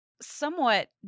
somewhat